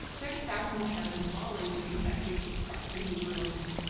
thirty thousand inhabitants of all ages and sexes were crushed under the ruins.